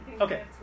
Okay